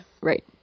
Right